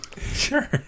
Sure